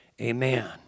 Amen